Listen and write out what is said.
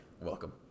welcome